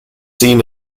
seen